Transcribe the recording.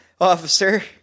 officer